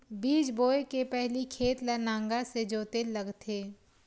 बीज बोय के पहिली खेत ल नांगर से जोतेल लगथे?